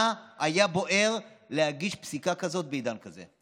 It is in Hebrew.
מה היה בוער להגיש פסיקה כזאת בעידן כזה?